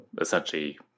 essentially